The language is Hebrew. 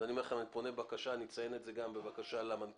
אני פונה בבקשה ואציין את זה גם בבקשה למנכ"לים,